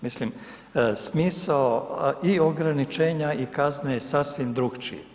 Mislim, smisao i ograničenja i kazne je sasvim drukčiji.